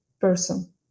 person